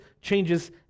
changes